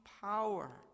power